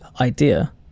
idea